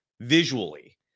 visually